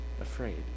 afraid